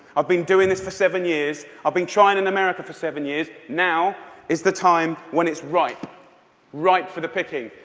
i've been doing this for seven years. i've been trying in america for seven years. now is the time when it's ripe ripe for the picking.